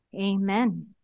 amen